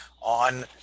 on